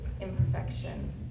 imperfection